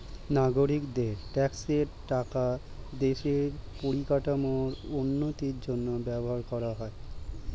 নাগরিকদের ট্যাক্সের টাকা দেশের পরিকাঠামোর উন্নতির জন্য ব্যবহার করা হয়